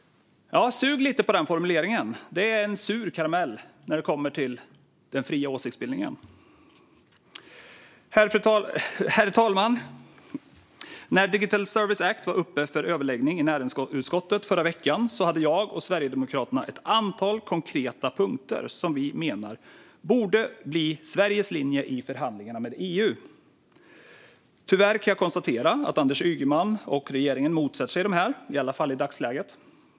Sug lite på den formuleringen - den är en sur karamell när det gäller den fria åsiktsbildningen. Herr talman! När Digital Service Act var uppe för överläggning i näringsutskottet förra veckan hade jag och Sverigedemokraterna ett antal konkreta punkter som vi menar borde bli Sveriges linje i förhandlingarna i EU. Tyvärr kan jag konstatera att Anders Ygeman och regeringen motsätter sig dessa, i alla fall i dagsläget.